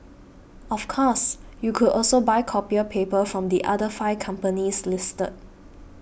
of course you could also buy copier paper from the other five companies listed